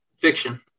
fiction